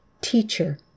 Teacher